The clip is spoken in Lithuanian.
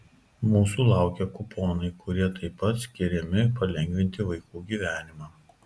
mūsų laukia kuponai kurie taip pat skiriami palengvinti vaikų gyvenimą